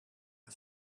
her